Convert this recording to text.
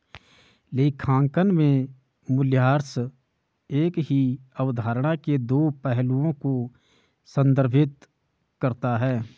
लेखांकन में मूल्यह्रास एक ही अवधारणा के दो पहलुओं को संदर्भित करता है